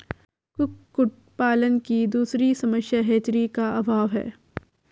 कुक्कुट पालन की दूसरी समस्या हैचरी का अभाव है